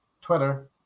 Twitter